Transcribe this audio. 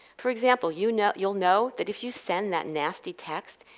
for example, you know you'll know that if you send that nasty text,